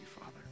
Father